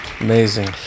Amazing